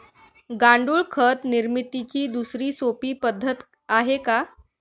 गांडूळ खत निर्मितीची दुसरी सोपी पद्धत आहे का?